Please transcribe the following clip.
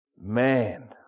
man